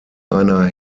einer